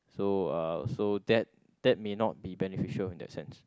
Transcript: so uh so that that may not be beneficial in that sense